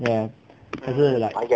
ya 可是 like